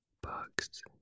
Bugs